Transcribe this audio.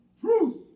Truth